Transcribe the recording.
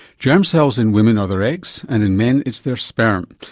germ cells in women are their eggs and in men it's their sperm.